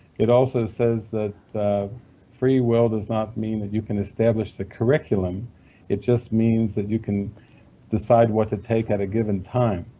it also says that freewill does not mean that you can establish the curriculum it just means that you can decide what to take at a given time.